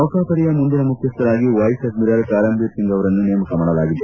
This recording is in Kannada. ನೌಕಾಪಡೆಯ ಮುಂದಿನ ಮುಖ್ಯಸ್ಥರಾಗಿ ವೈಸ್ ಅಡ್ಡಿರಲ್ ಕರಂಬೀರ್ ಸಿಂಗ್ ಅವರನ್ನು ನೇಮಕ ಮಾಡಲಾಗಿದೆ